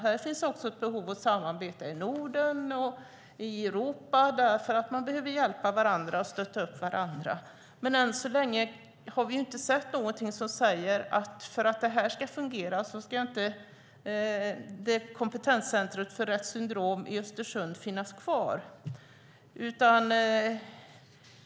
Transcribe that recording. Här finns också ett behov av att samarbeta i Norden och i Europa eftersom man behöver hjälpa varandra och stötta upp varandra. Men än så länge har vi inte sett någonting som säger att för att detta ska fungera ska inte kompetenscentret för Retts syndrom finnas kvar.